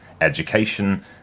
education